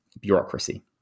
bureaucracy